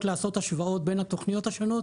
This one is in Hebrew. לעשות השוואות בין התוכניות השונות.